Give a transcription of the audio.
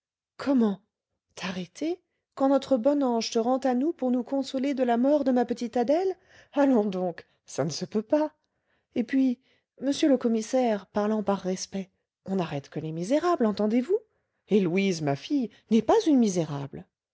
comment t'arrêter quand notre bon ange te rend à nous pour nous consoler de la mort de ma petite adèle allons donc ça ne se peut pas et puis monsieur le commissaire parlant par respect on n'arrête que les misérables entendez-vous et louise ma fille n'est pas une misérable